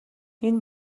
энэ